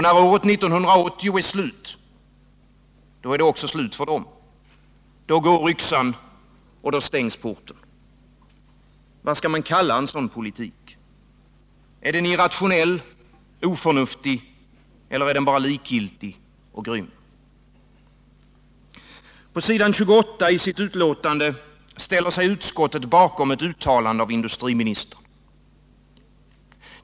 När året 1980 går ut, då är det slut. Då går yxan, då stängs porten. Vad skall man kalla en sådan politik? Är den irrationell, oförnuftig — eller är den bara likgiltig och grym? På s. 28 i sitt betänkande ställer sig utskottet bakom ett uttalande av industriministern.